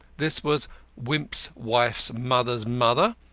this was wimp's wife's mother's mother,